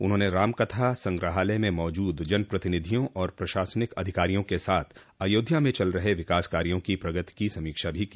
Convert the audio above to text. उन्होंने रामकथा संग्रहलय में मौजूद जनप्रतिनिधियों और प्रशासनिक अधिकारियों के साथ अयोध्या में चल रहे विकास कार्यो की प्रगति की समीक्षा की